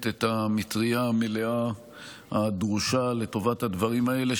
את המטרייה המלאה הדרושה לטובת הדברים האלה.